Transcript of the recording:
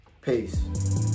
Peace